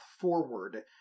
forward